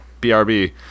brb